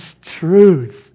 truth